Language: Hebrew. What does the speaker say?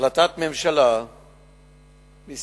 בהחלטת הממשלה מס'